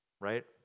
Right